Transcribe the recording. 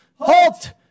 Halt